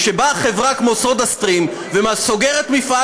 וכשבאה חברה כמו סודה סטרים וסוגרת מפעל